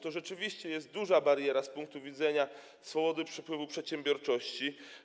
To rzeczywiście jest duża bariera z punktu widzenia swobody przepływu przedsiębiorczości.